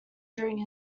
during